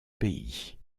pays